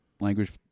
language